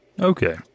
Okay